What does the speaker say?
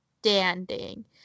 standing